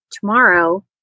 tomorrow